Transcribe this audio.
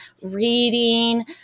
reading